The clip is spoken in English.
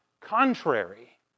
contrary